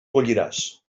colliràs